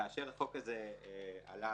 כשהחוק הזה עלה